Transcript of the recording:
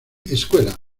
escuela